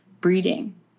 breeding